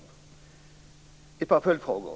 Det var ett par följdfrågor.